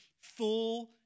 full